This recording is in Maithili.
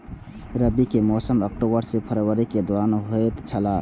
रबी के मौसम अक्टूबर से फरवरी के दौरान होतय छला